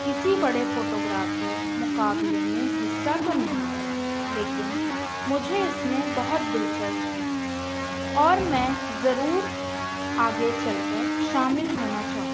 کسی بڑے فوٹوگرافی مقابلے میں حصہ تو نہیں لیا لیکن مجھے اس میں بہت دلچسب ہے اور میں ضرور آگے چل کر شامل ہونا چاہوں گ